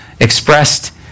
expressed